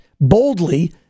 boldly